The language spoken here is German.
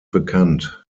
bekannt